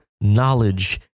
knowledge